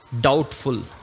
doubtful